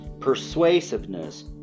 persuasiveness